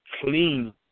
clean